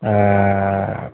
ஆ